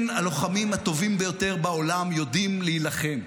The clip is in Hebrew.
כן, הלוחמים הטובים ביותר בעולם יודעים להילחם.